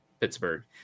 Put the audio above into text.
Pittsburgh